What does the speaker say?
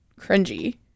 cringy